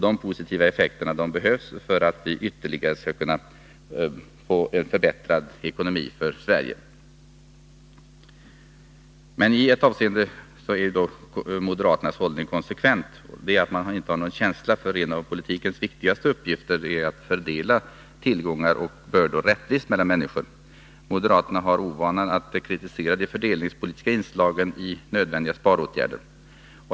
De positiva effekterna behövs för att vi ytterligare skall kunna förbättra Sveriges ekonomi. I ett avseende är dock moderaternas hållning konsekvent, nämligen att man inte har någon känsla för att en av politikens viktigaste uppgifter är att fördela tillgångar och bördor rättvist mellan människorna. Moderaterna har ovanan att kritisera de fördelningspolitiska inslagen i nödvändiga sparåtgärder.